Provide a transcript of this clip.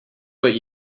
what